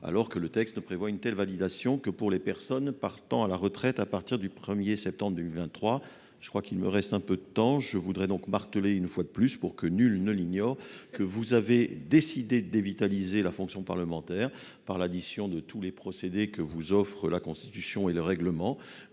TUC. Le texte ne prévoit une telle validation que pour les personnes partant à la retraite à partir du 1 septembre 2023. Il me reste un peu de temps ; je voudrais donc marteler une fois de plus, pour que nul ne l'ignore, que vous avez décidé de dévitaliser la fonction parlementaire par l'addition de tous les procédés que vous offrent la Constitution et le règlement.